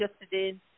yesterday